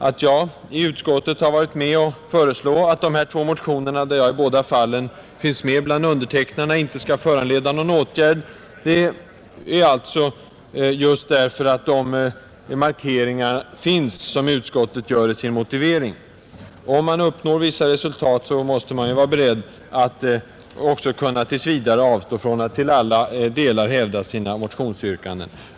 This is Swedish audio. Att jag i utskottet har varit med om att föreslå att de här två motionerna, där jag i båda fallen finns med bland undertecknarna, inte skall föranleda någon åtgärd, beror alltså just på de markeringar som utskottet gör i sin motivering. Om man uppnår vissa resultat kan man ju vara beredd att tills vidare avstå från att till alla delar hävda sina motionsyrkanden.